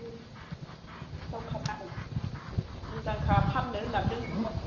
उम जावखानाय मोजांखा फाननो होननानै दोनखाथारनाय